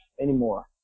anymore